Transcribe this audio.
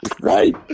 right